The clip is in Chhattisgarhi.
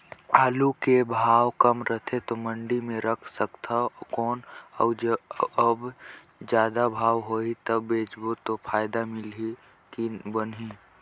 आलू के भाव कम रथे तो मंडी मे रख सकथव कौन अउ जब जादा भाव होही तब बेचबो तो फायदा मिलही की बनही?